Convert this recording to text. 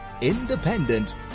Independent